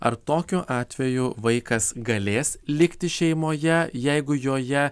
ar tokiu atveju vaikas galės likti šeimoje jeigu joje